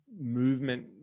movement